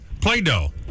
Play-Doh